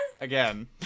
Again